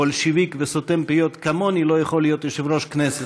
בולשביק וסותם פיות כמוני לא יכול להיות יושב-ראש הכנסת.